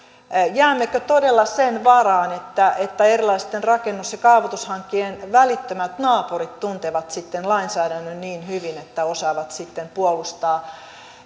jäämmekö todella sen varaan että että erilaisten rakennus ja kaavoitushankkeiden välittömät naapurit tuntevat lainsäädännön niin hyvin että osaavat sitten puolustaa